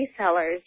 resellers